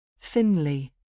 Thinly